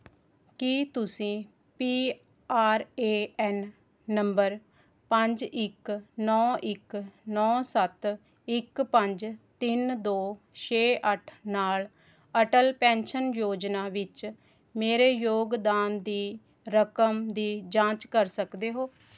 ਕੀ ਤੁਸੀਂ P R A N ਨੰਬਰ ਪੰਜ ਇੱਕ ਨੌ ਇੱਕ ਨੌੌ ਸੱਤ ਇੱਕ ਪੰਜ ਤਿੰਨ ਦੋ ਛੇ ਅੱਠ ਨਾਲ਼ ਅਟਲ ਪੈਨਸ਼ਨ ਯੋਜਨਾ ਵਿੱਚ ਮੇਰੇ ਯੋਗਦਾਨ ਦੀ ਰਕਮ ਦੀ ਜਾਂਚ ਕਰ ਸਕਦੇ ਹੋ